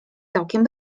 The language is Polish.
całkiem